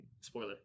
Spoiler